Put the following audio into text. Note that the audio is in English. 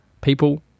people